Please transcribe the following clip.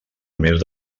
més